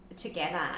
together